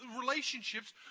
relationships